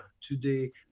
today